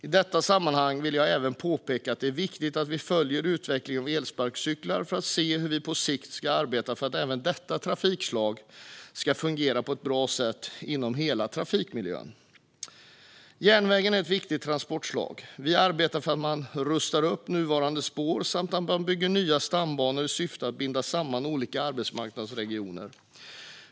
I detta sammanhang vill jag även påpeka att det är viktigt att vi följer utvecklingen av elsparkcyklar för att se hur vi på sikt ska arbeta för att även detta trafikslag ska fungera på ett bra sätt inom hela trafikmiljön. Järnvägen är ett viktigt transportslag. Vi arbetar för att man ska rusta upp nuvarande spår samt bygga nya stambanor i syfte att binda samman olika arbetsmarknadsregioner.